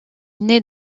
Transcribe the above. naît